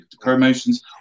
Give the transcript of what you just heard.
promotions